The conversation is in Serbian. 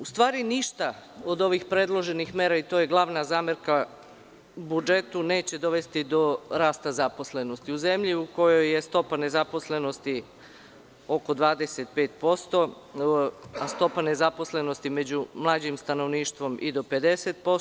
U stvari ništa od ovih predloženih mera i to je glavna zamerka budžetu, neće dovesti do rasta zaposlenosti u zemlji u kojoj je stopa nezaposlenosti oko 25%, a stopa nezaposlenosti među mlađim stanovništvom i do 50%